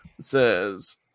says